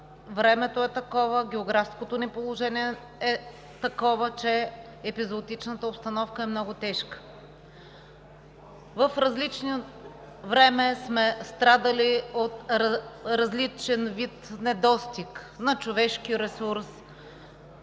времето е такова, географското ни положение е такова, че епизоотичната обстановка е много тежка. В различно време сме страдали от различен вид недостиг – на човешки ресурс,